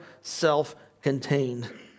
self-contained